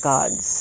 God's